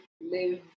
live